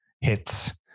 hits